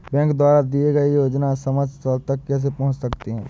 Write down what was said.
Bank द्वारा दिए गए योजनाएँ समाज तक कैसे पहुँच सकते हैं?